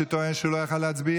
שטוען שהוא לא יכול היה להצביע,